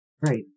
Right